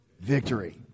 Victory